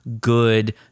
good